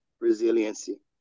resiliency